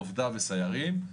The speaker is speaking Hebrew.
עובדה וסיירים,